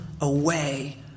away